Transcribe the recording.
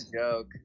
joke